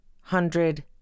hundred